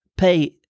pay